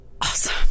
awesome